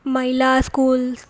महिला इस्कूल्स